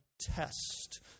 test